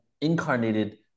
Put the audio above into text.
incarnated